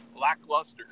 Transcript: lackluster